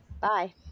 Bye